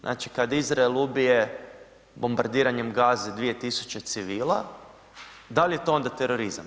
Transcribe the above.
Znači, kad Izrael ubije bombardiranjem Gaze 2000 civila, dal je to onda terorizam?